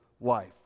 life